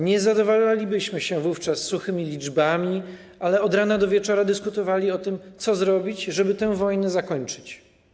Nie zadowalalibyśmy się wówczas suchymi liczbami, ale od rana do wieczora dyskutowali o tym, co zrobić, żeby tę wojnę zakończyć.